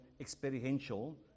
experiential